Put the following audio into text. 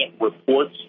reports